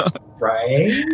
right